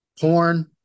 porn